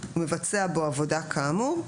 הוא מבצע בו עבודה כאמור,